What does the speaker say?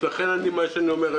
לכן אני אומר,